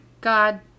god